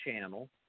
channel